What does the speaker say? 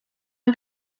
ein